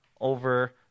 over